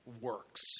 works